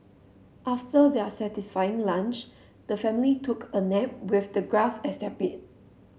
after their satisfying lunch the family took a nap with the grass as their bed